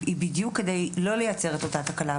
היא בדיוק כדי לא לייצר את אותה תקנה.